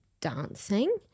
dancing